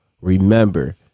Remember